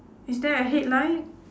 is there a headlight